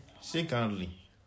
secondly